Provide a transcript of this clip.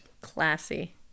Classy